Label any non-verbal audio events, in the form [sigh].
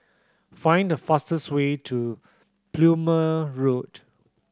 find the fastest way to [unintelligible] Road